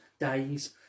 days